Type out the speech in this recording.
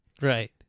right